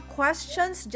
questions